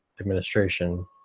administration